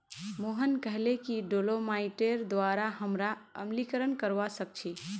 मोहन कहले कि डोलोमाइटेर द्वारा हमरा अम्लीकरण करवा सख छी